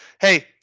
hey